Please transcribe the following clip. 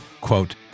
Quote